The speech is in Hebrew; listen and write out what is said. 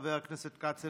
חבר הכנסת כץ,